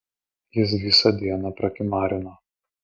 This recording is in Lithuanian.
jis visą dieną prakimarino